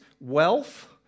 wealth